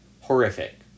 Horrific